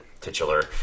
titular